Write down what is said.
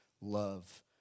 love